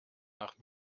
nach